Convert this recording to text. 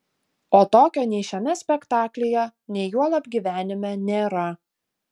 o tokio nei šiame spektaklyje nei juolab gyvenime nėra